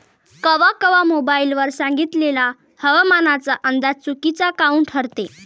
कवा कवा मोबाईल वर सांगितलेला हवामानाचा अंदाज चुकीचा काऊन ठरते?